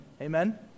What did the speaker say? Amen